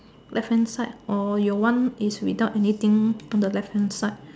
left hand side or your one is without anything for the left hand side